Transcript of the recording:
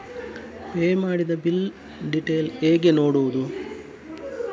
Pay ಮಾಡಿದ bill detail ಹೇಗೆ ನೋಡುವುದು?